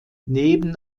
neben